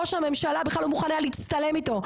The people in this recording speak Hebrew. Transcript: ראש הממשלה בכלל לא מוכן היה להצטלם איתו,